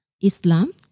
Islam